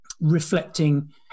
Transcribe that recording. reflecting